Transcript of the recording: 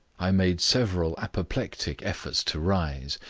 i made several apoplectic efforts to rise,